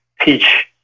teach